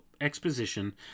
exposition